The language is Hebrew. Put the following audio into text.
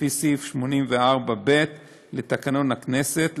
לפי סעיף 84ב לתקנון הכנסת,